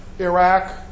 Iraq